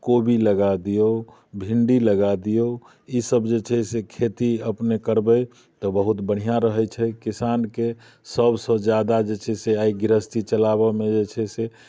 कोबी लगा दियौ भिण्डी लगा दियौ ईसभ जे छै से खेती अपने करबै तऽ बहुत बढ़िआँ रहैत छै किसानके सभसँ ज्यादा जे छै से आइ गृहस्थी चलाबयमे छै से